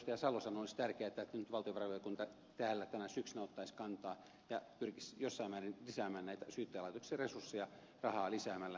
petri salo sanoi olisi tärkeätä että nyt valtiovarainvaliokunta täällä tänä syksynä ottaisi kantaa ja pyrkisi jossain määrin lisäämään näitä syyttäjälaitoksen resursseja rahaa lisäämällä